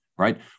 Right